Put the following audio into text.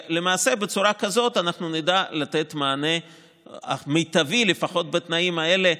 למעשה בצורה כזאת אנחנו נדע לתת מענה מיטבי לפחות בתנאים האלה.